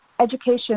education